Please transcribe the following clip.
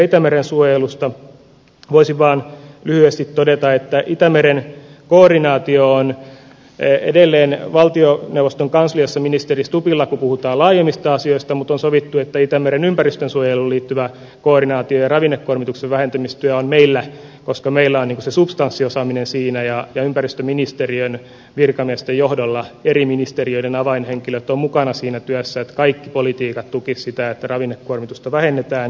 itämeren suojelusta voisin vaan lyhyesti todeta että itämeren koordinaatio on edelleen valtioneuvoston kansliassa ministeri stubbilla kun puhutaan laajemmista asioista mutta on sovittu että itämeren ympäristönsuojeluun liittyvä koordinaatio ja ravinnekuormituksen vähentämistyö on meillä koska meillä on se substanssiosaaminen siinä ja ympäristöministeriön virkamiesten johdolla eri ministeriöiden avainhenkilöt ovat mukana siinä työssä että kaikki politiikat tukisivat sitä että ravinnekuormitusta vähennetään